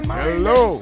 hello